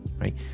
right